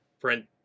print